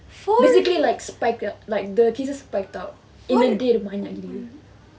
basically like spike up like the cases spike up in a day banyak gila